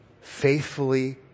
faithfully